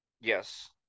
yes